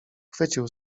chwycił